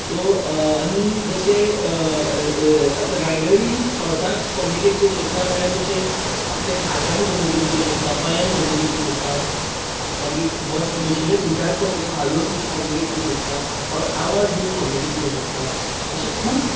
so आनी जशें आतां रायडरूय हाॅर्साक कोम्यूनिकेट करूंक शकता म्हळ्यार कशें आपल्याच्या हातान कम्यूनिकेट करूंक शकता पांयान कम्यूनिकेट करूंक शकता मागीर बस बशिल्ले सीटार तो कसो हालोवन कम्यूनिकेट करूंक शकता ओर आवाज दिवन कोम्यूनिकेट करूंक शकता अशें खूब